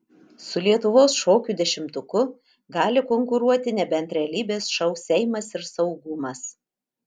su lietuvos šokių dešimtuku gali konkuruoti nebent realybės šou seimas ir saugumas